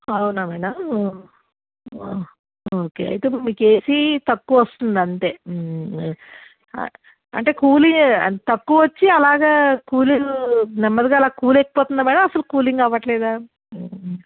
అవునా madam okay అయితే మీకు ఏసీ తక్కువ వస్తుంది అంతే అంటే కూల్ లేదు తక్కువచ్చి అలాగా కూల్ నెమ్మదిగా అలాగా కూలెక్కిపోతుందా మ్యాడమ్ అసలు కూలింగ్ అవ్వట్లేదా